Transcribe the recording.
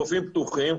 חופים פתוחים,